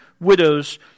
widows